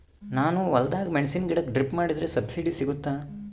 ನಾನು ಹೊಲದಾಗ ಮೆಣಸಿನ ಗಿಡಕ್ಕೆ ಡ್ರಿಪ್ ಮಾಡಿದ್ರೆ ಸಬ್ಸಿಡಿ ಸಿಗುತ್ತಾ?